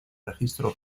registro